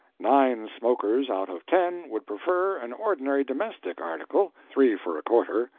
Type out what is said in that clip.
nine smokers out of ten would prefer an ordinary domestic article, three for a quarter,